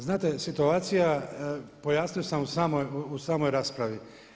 Znate situacija, pojasnio sam u samoj raspravi.